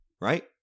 right